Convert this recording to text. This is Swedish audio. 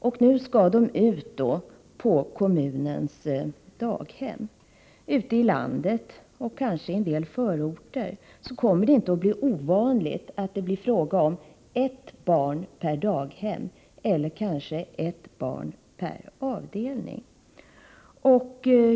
Och nu skall då dessa ut på kommunernas daghem. Ute i landet, och kanske även i en del förorter, kommer det inte att vara ovanligt att det blir fråga om ett barn per daghem eller möjligen ett barn per avdelning.